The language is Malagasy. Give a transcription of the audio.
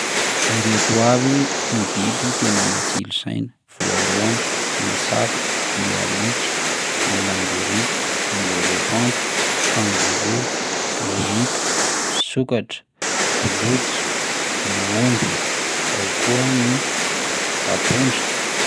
Ireto avy ny biby tena matsilo saina: voalohany ny saka, ny alika, ny lambondriaka, ny elefanta, kangoroa, horita, sokatra, boloky, ny omby, ao koa ny ampondra.